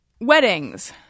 Weddings